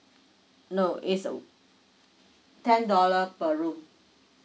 no it's a ten dollar per room